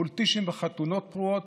מול טישים וחתונות פרועות,